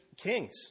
kings